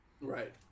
Right